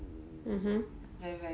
mmhmm